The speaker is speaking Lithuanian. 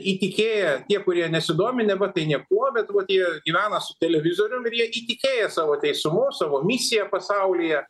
įtikėję tie kurie nesidomi neva tai niekuo bet vat jie gyvena su televizorium ir jie įtikėję savo teisumu savo misija pasaulyje